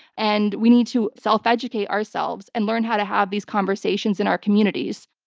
and we need to self-educate ourselves and learn how to have these conversations in our communities.